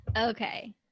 Okay